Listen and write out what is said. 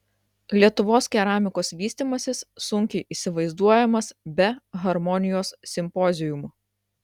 lietuvos keramikos vystymasis sunkiai įsivaizduojamas be harmonijos simpoziumų